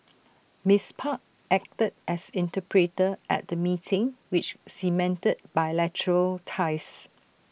miss park acted as interpreter at the meeting which cemented bilateral ties